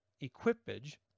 equipage